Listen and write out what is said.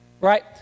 right